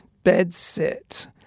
bed-sit